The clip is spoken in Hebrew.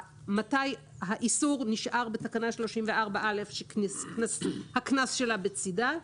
מתי האיסור נשאר בתקנה 34(א) שהקנס שלה בצידה,